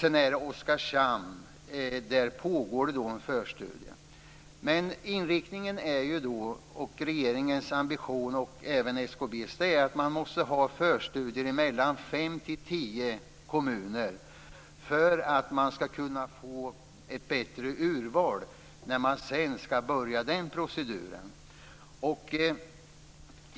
I Oskarshamn pågår en förstudie. Regeringens ambition och även SKB:s är att man måste ha förstudier i mellan fem och tio kommuner för att man skall kunna få ett bättre urval när man sedan skall börja proceduren.